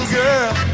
girl